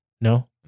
No